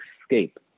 escape